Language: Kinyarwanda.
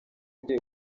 ugiye